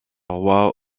roi